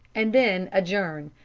and then adjourn.